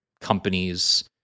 companies